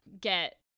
get